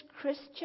Christian